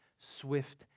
swift